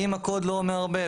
אם הקוד לא אומר הרבה,